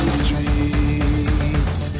streets